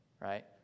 right